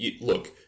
look